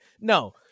no